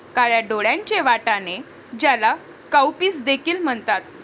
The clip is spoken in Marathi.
काळ्या डोळ्यांचे वाटाणे, ज्याला काउपीस देखील म्हणतात